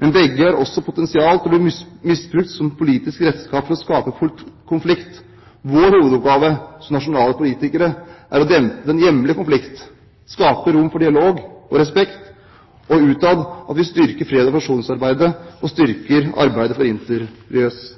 Men begge har også potensial til å bli misbrukt som politisk redskap for å skape konflikt. Vår hovedoppgave som nasjonale politikere er å dempe den hjemlige konflikten, skape rom for dialog og respekt og utad styrke freds- og forsoningsarbeidet og arbeidet for